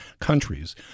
countries